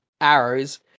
arrows